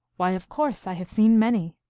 why, of course i have seen many.